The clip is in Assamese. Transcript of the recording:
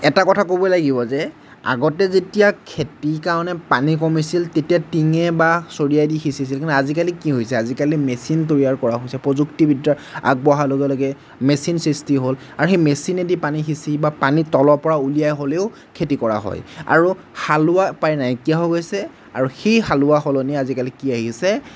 এটা কথা ক'ব লাগিব যে আগতে যেতিয়া খেতিৰ কাৰণে পানী কমিছিল তেতিয়া টিঙে বা চৰিয়াই দি সিঁচিছিল কিন্তু আজিকালি কি হৈছে আজিকালি মেচিন তৈয়াৰ কৰা হৈছে প্ৰযুক্তি বিদ্যাৰ আগবঢ়াৰ লগে লগে মেচিন সৃষ্টি হ'ল আৰু সেই মেচিনেদি পানী সিঁচি বা পানী তলৰপৰা উলিয়াই হ'লেও খেতি কৰা হয় আৰু হালোৱা প্ৰায় নাইকিয়া হৈ গৈছে আৰু সেই হালোৱাৰ সলনি আজিকালি কি আহিছে